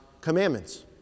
commandments